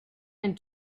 and